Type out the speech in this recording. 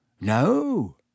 No